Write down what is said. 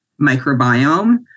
microbiome